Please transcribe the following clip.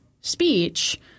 speech